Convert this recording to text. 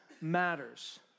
matters